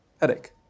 Headache